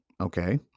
Okay